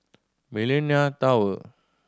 Millenia Tower